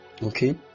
Okay